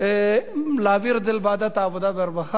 להעביר את זה לוועדת העבודה והרווחה.